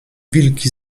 wilki